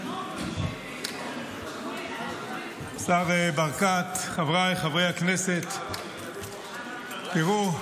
השר ברקת, חבריי חברי הכנסת, תראו,